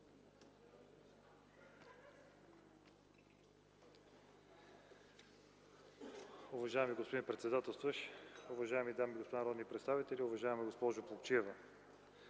Уважаеми господин председател, уважаеми дами и господа народни представители, уважаеми господин